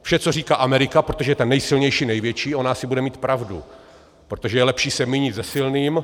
Vše, co říká Amerika, protože ta je nejsilnější a největší, ona asi bude mít pravdu, protože je lepší se mýlit se silným...